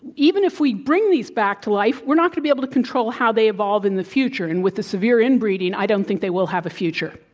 even if we bring these back to life, we're not going to be able to control how they evolve in the future. and with the severe inbreeding, i don't think they will have a future.